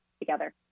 together